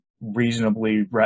reasonably